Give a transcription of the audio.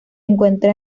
encuentra